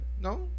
No